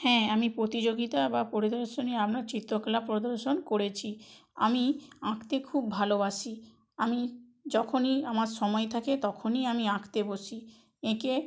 হ্যাঁ আমি প্রতিযোগিতা বা পরিদর্শনীয় আপনার চিত্রকলা প্রদর্শন করেছি আমি আঁকতে খুব ভালোবাসি আমি যখনই আমার সময় থাকে তখনই আমি আঁকতে বসি এঁকে